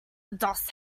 doss